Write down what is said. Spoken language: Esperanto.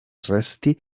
resti